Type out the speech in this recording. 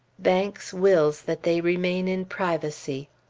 banks wills that they remain in privacy.